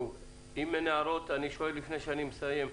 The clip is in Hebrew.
אם אין הערות לאף אחד אז אני רוצה להצביע.